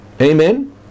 Amen